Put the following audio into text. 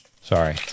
Sorry